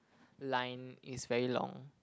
line is very long